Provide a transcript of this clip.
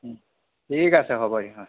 ঠিক আছে হ'ব দিয়ক